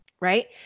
right